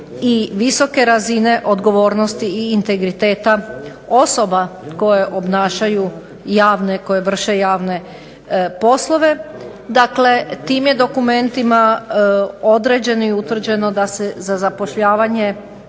i visoke razine odgovornosti i integriteta osoba koje vrše javne poslove. Dakle, tim je dokumentima određeno i utvrđeno da se za zapošljavanje